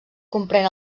comprèn